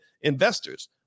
investors